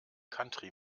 country